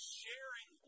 sharing